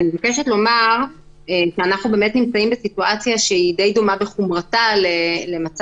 אנחנו באמת נמצאים בסיטואציה שהיא די דומה בחומרתה למצב